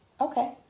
Okay